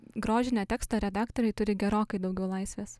grožinio teksto redaktoriai turi gerokai daugiau laisvės